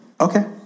okay